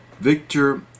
Victor